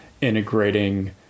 integrating